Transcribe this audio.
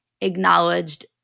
acknowledged